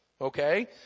Okay